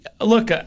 Look